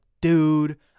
dude